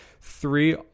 three